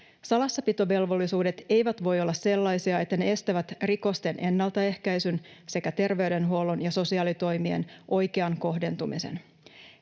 Salassapitovelvollisuudet eivät voi olla sellaisia, että ne estävät rikosten ennalta ehkäisyn sekä terveydenhuollon ja sosiaalihuollon toimien oikean kohdentumisen.